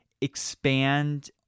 expand